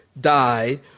died